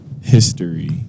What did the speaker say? History